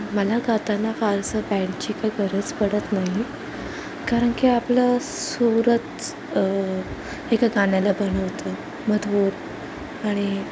मला गाताना फारसं बॅंडची काही गरज पडत नाही कारण की आपलं सुरच एका गाण्याला बनवतो मधुर आणि